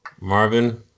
Marvin